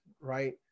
Right